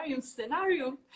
scenario